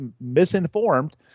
misinformed